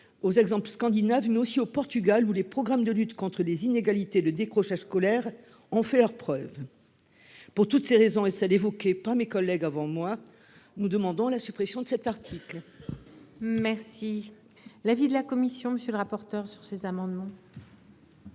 aux exemples scandinaves, mais aussi au Portugal, où les programmes de lutte contre les inégalités et le décrochage scolaire ont fait leurs preuves. Pour toutes ces raisons et celles qu'ont évoquées mes collègues avant moi, nous demandons la suppression de cet article. Quel est l'avis de la commission ? L'article 1 est au centre de cette